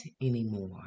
anymore